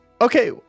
Okay